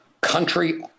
country